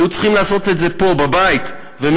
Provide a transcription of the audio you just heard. הם היו צריכים לעשות את זה פה בבית ומבפנים.